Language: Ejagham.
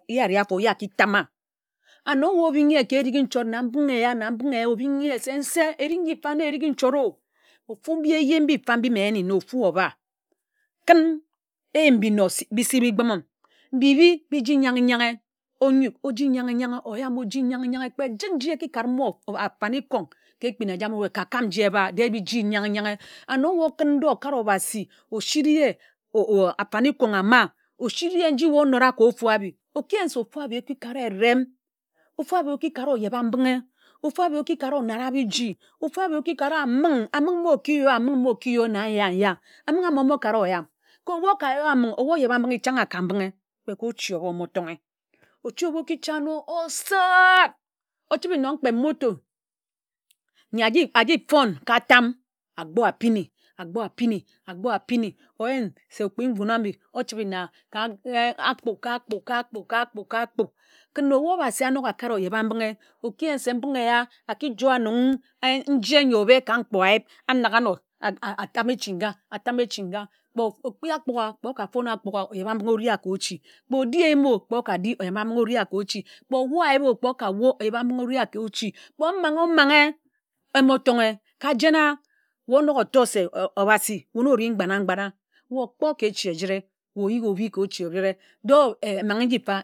Ye āre ogo̠ ye aki tama and ye omọ bin̄g ye ka erighi nchort na mbinghe ēya na mbinghe ēya ōbin̄ ye se nse erik nyi mfa na eringhi nchort o ofu mbi ēje mbim mfa mbim ēnyen na ofu oba kún éyim mbi nno mbi isi ikpimim bibi iji yań ge yan̄ ge onyuk oji yan̄ ge oyan̄ oji yan̄ ge kpe jid nji eki kare m afanikon ka ekpin ejama weha kakam nji eba de biji yan̄ ge yań ge and ye ọwu kun̄ ndọ okare obhasi oshiri ye afanikon̄ ama oshiri ye nchi weh ónóda ka ofu abi oki yen se ofu abi oki kare erem ofu ab oki kara ogyebambinghe ofu ábi oki kara onad-a-biji ofu ábi oki kara aming ama ámo ka ȯyam ka ebu oka yoe aming ōba ogyebambinghi chań a ka mbinghe kūn kpe ka ochi óba ēmo ton ge ochi óba oki joe āno ōsād ochibi nnon kpe motor n̄yi ayi fon ka tam akpō abini akpo abini akpō abini oyen okpi-nguń abi ochi ka kpu ka kpu ka kpu ka kpu ken ebu obhasi anok akare ogyebambinghi oki yen se mbinghe ēya aki joa nnon nje n̄yi ōbe ka mkpe ayip anak ano atama echi nga atama echi nga atama echi nga ofi ágbugha kpe oka fon ágbugha o ogyebambinghi ka ochi kpe odi emō kpe oka di ogyebambinghi ori a ka ochi kpe owor ayip kpe oka w̠or ogyebambinghi ori a ka ochi kpe oman̄-oman̄ ge emọ tonge ka jen weh onok ọtor se obhasi weh na ori mban-a-mban̄-a weh ogbo ka echi ejire ye oyiki obi ka ochi ejire de eman̄ ge nji mfa.